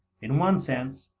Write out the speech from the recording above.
in one sense,